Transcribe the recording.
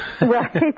Right